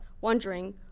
wondering